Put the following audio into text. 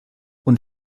und